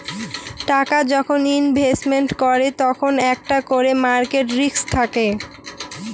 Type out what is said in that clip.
টাকা যখন ইনভেস্টমেন্ট করে তখন একটা করে মার্কেট রিস্ক থাকে